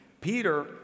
Peter